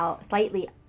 slightly